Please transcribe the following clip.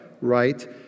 right